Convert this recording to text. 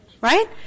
Right